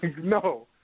No